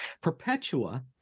Perpetua